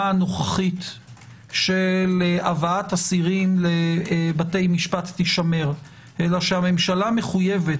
הנוכחית של הבאת אסירים לבתי משפט תישמר אלא שהממשלה מחויבת